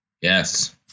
Yes